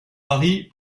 paris